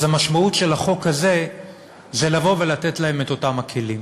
אז המשמעות של החוק הזה היא לבוא ולתת להם את אותם הכלים.